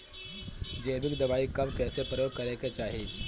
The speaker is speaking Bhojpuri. जैविक दवाई कब कैसे प्रयोग करे के चाही?